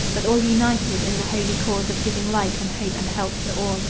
but all united in the holy cause of giving light and hope and help to all,